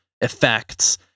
effects